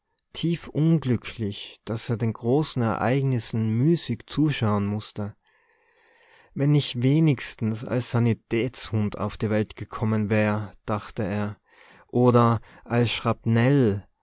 tiefunglücklich daß er den großen ereignissen müßig zuschauen mußte wenn ich wenigstens als sanitätshund auf die welt gekommen wär dachte er oder als schrapnell